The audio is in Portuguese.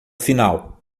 final